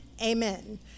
Amen